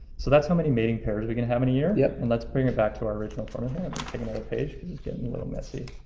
so that's how many mating pairs we can have any year. yeah. and let's bring it back to our original formula get another page this is getting a little messy.